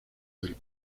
del